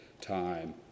time